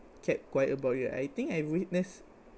kept quiet about it I think I witness